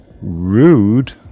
Rude